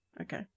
Okay